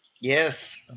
Yes